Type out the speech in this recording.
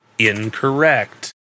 Incorrect